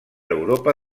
europa